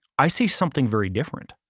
i see something very different.